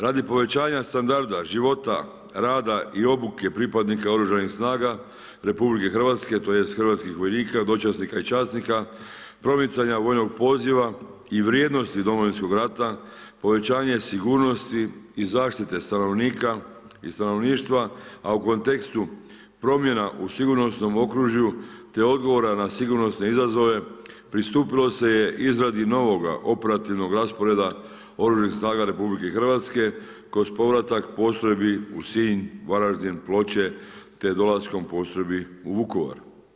Radi povećanja standarda života, rada i obuke pripadnika Oružanih snaga RH tj. hrvatskih vojnika, dočasnika i časnika promicanja vojnog poziva i vrijednosti Domovinskog rata, povećanje sigurnosti i zaštite stanovnika i stanovništva, a u kontekstu promjena u sigurnosnom okružju te odgovora na sigurnosne izazove pristupilo se je izradi novoga operativnog rasporeda Oružanih snaga RH kroz povratak postrojbi u Sinj, Varaždin, Ploče te dolaskom postrojbi u Vukovar.